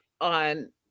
on